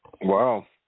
Wow